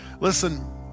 Listen